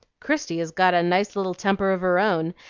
christie has got a nice little temper of her own,